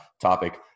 topic